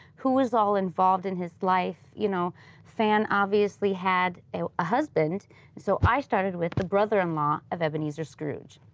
who was all involved in his life. you know fan obviously had a ah husband, and so i started with the brother-in-law of ebeneezer scrooge,